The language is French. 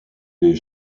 des